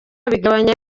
bigabanya